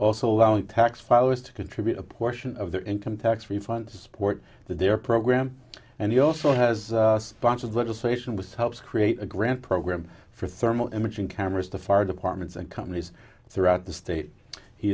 also allowing tax filers to contribute a portion of their income tax refunds sport the dare program and he also has sponsored legislation with helps create a grant program for thermal imaging cameras to fire departments and companies throughout the state